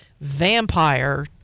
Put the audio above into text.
vampire